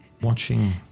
Watching